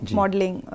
modeling